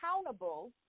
accountable